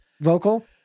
vocal